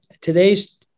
today's